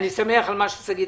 אני שמח על מה שאמרה שגית,